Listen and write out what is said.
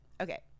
Okay